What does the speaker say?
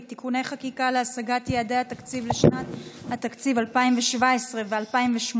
(תיקוני חקיקה להשגת יעדי התקציב לשנות התקציב 2017 ו-2018)